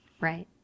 right